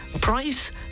Price